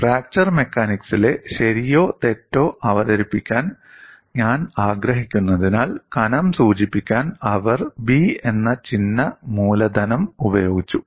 fracture മെക്കാനിക്സിലെ ശരിയോ തെറ്റോ അവതരിപ്പിക്കാൻ ഞാൻ ആഗ്രഹിക്കുന്നതിനാൽ കനം സൂചിപ്പിക്കാൻ അവർ 'B' എന്ന ചിഹ്ന മൂലധനം ഉപയോഗിച്ചു